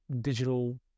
digital